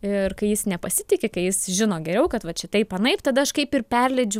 ir kai jis nepasitiki kai jis žino geriau kad vat čia taip anaip tada aš kaip ir perleidžiu